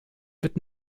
wird